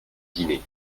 dîner